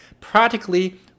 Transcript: Practically